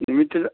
ꯅꯨꯃꯤꯠꯇꯨꯗ